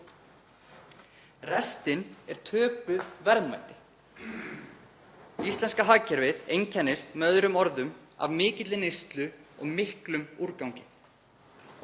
Restin er töpuð verðmæti. Íslenska hagkerfið einkennist með öðrum orðum af mikilli neyslu og miklum úrgangi.